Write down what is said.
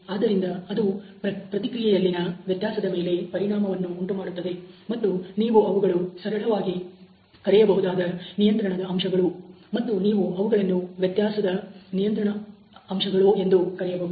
ಆದ್ದರಿಂದ ಅದು ಪ್ರತಿಕ್ರಿಯೆಯಲ್ಲಿನ ವ್ಯತ್ಯಾಸದ ಮೇಲೆ ಪರಿಣಾಮವನ್ನು ಉಂಟುಮಾಡುತ್ತದೆ ಮತ್ತು ನೀವು ಅವುಗಳು ಸರಳವಾಗಿ ಕರೆಯಬಹುದಾದ ನಿಯಂತ್ರಣ ಅಂಶಗಳು ಮತ್ತು ನೀವು ಅವುಗಳನ್ನು ವ್ಯತ್ಯಾಸ ನಿಯಂತ್ರಣ ಅಂಶಗಳು ಎಂದು ಕರೆಯಬಹುದು